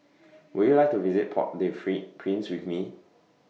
Would YOU like to visit Port Prince with Me